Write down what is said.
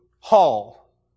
hall